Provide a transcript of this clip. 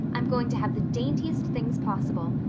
i'm going to have the daintiest things possible.